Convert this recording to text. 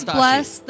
bless